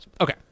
okay